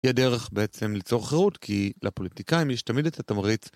יהיה דרך בעצם ליצור חירות כי לפוליטיקאים יש תמיד את התמריץ.